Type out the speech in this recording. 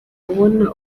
ubona